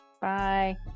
Bye